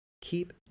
Keep